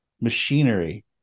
machinery